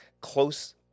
close